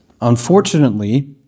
Unfortunately